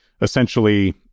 essentially